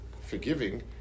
forgiving